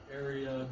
area